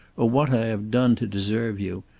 or what i have done to deserve you.